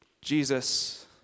Jesus